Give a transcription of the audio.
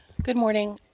good morning.